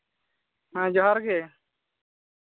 ᱦᱮᱸ ᱡᱚᱦᱟᱨ ᱜᱮ